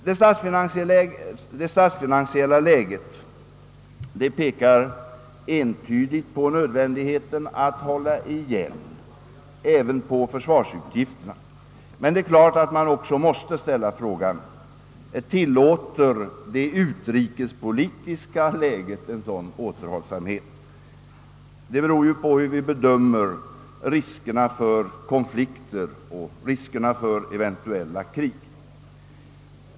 Det statsfinansiella läget pekar entydigt på nödvändigheten av att hålla igen även på försvarsutgifterna. Men det är klart att man också måste ställa frågan: Tillåter det utrikespolitiska läget en sådan återhållsamhet? Ja, det beror ju på hur vi bedömer riskerna för konflikter, riskerna för eventuella krig.